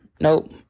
Nope